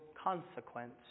Consequence